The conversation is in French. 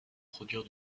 produire